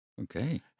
Okay